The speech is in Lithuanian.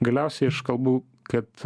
galiausiai aš kalbu kad